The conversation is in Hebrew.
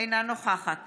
אינה נוכחת